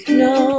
no